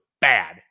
bad